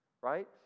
right